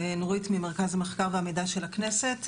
אני נורית ממרכז המחקר והמידע של הכנסת.